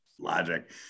logic